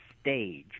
stage